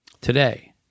today